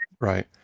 Right